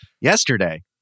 yesterday